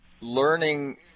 learning